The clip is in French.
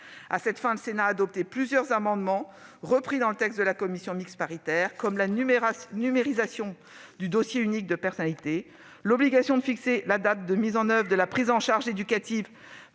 À cette fin, le Sénat a adopté plusieurs amendements, repris dans le texte de la commission mixte paritaire, ayant pour objet la numérisation du dossier unique de personnalité, l'obligation de fixer la date de mise en oeuvre de la prise en charge éducative